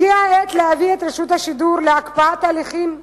הגיעה העת להביא את רשות השידור להקפאת הליכים מלאה,